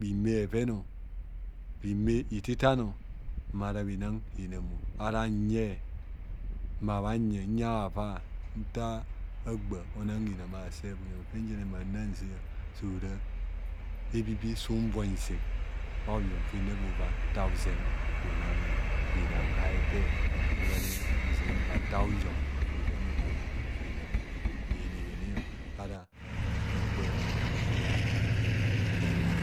bhime beven o bhime ititan o mara onam henam nhumo nyeng huyan ava nta agba ora orang henam so ara ebibi so unuui zeng mba nta bhuyong bhusen bhunam henam aebe agba ara bhihinihini.